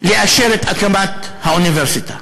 לאשר את הקמת האוניברסיטה,